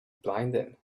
blinded